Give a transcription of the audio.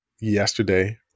yesterday